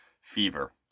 fever